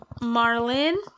marlin